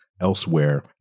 elsewhere